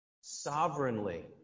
sovereignly